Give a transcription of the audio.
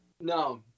No